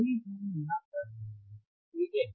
यही हम यहां कर रहे हैं ठीक है